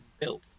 built